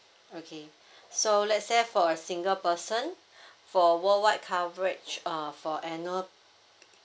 okay so let's say for a single person for worldwide coverage uh for annual